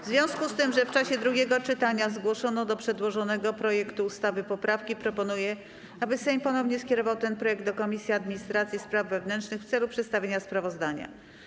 W związku z tym, że w czasie drugiego czytania zgłoszono do przedłożonego projektu ustawy poprawki, proponuję, aby Sejm ponownie skierował ten projekt do Komisji Administracji i Spraw Wewnętrznych w celu przedstawienia sprawozdania.